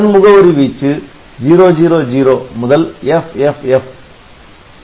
அதன் முகவரி வீச்சு 000 முதல் FFF